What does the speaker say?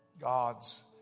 God's